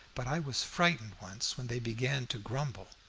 but i was frightened once, when they began to grumble.